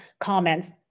comments